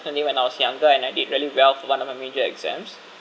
when I was younger and I did really well for one of my mid year exams